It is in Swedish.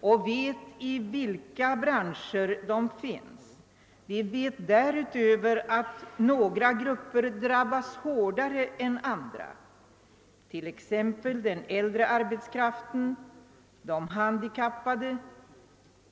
och vet i vilka branscher de finns. Vi vet därutöver att några grup per drabbas hårdare än andra, t.ex. den äldre arbetskraften och de handikappade.